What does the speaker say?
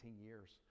years